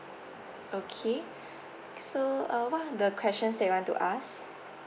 okay so uh what are the questions that you want to ask